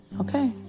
Okay